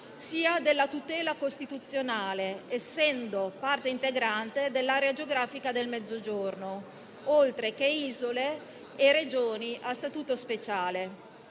che della tutela costituzionale, essendo parte integrante dell'area geografica del Mezzogiorno, oltre che Isole e Regioni a Statuto speciale.